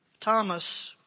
Thomas